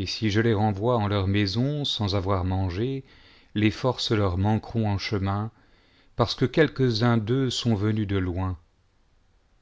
et si je les renvoie en leurs maisons sans avoir mangé les forces leur manqueront en chemin parce que quelques-uns d'eux sont venus de loin